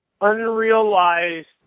unrealized